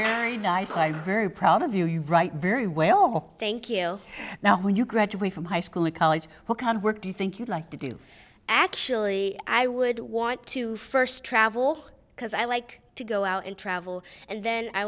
very nice i'm very proud of you you write very well thank you now when you graduate from high school or college what kind of work do you think you'd like to do actually i would want to first travel because i like to go out and travel and then i